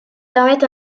permettent